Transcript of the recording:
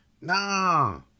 Nah